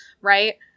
right